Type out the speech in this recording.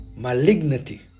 malignity